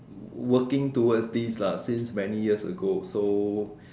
working towards this lah since many years ago so